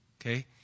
okay